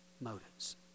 motives